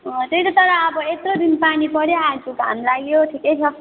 त्यही त तर अब यत्रो दिन पानी पर्यो आज घाम लाग्यो ठिकै छ